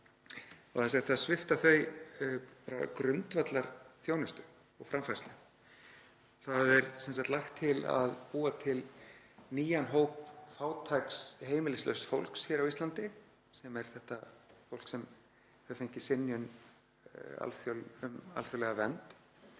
og að það sé hægt að svipta þau grundvallarþjónustu og -framfærslu. Það er sem sagt lagt til að búa til nýjan hóp fátæks heimilislauss fólks á Íslandi sem er þetta fólk sem hefur fengið synjun um alþjóðlega vernd